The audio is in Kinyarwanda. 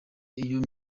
iyo